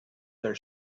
their